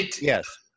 Yes